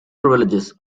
privileges